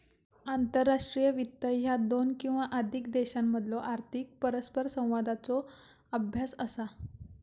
आंतरराष्ट्रीय वित्त ह्या दोन किंवा अधिक देशांमधलो आर्थिक परस्परसंवादाचो अभ्यास असा